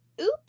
oops